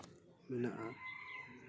ᱢᱮᱱᱟᱜᱼᱟ